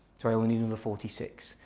so i only need another forty six.